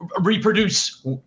reproduce